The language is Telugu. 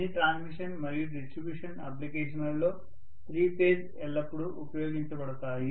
అన్ని ట్రాన్స్మిషన్ మరియు డిస్ట్రిబ్యూషన్ అప్లికేషన్ లలో త్రీ ఫేజ్ ఎల్లప్పుడూ ఉపయోగించబడతాయి